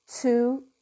two